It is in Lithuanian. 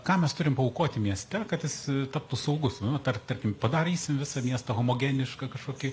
ką mes turim paaukoti mieste kad jis taptų saugus tarp tarkim padarysim visą miestą homogenišką kažkokį